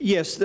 Yes